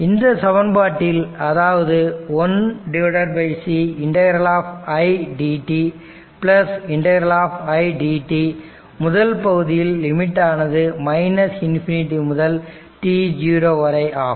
இந்த சமன்பாட்டில் அதாவது 1c ∫i dt ∫i dt முதல் பகுதியில் லிமிட் ஆனது மைனஸ் இன்ஃபினிட்டி முதல் t0 வரை ஆகும்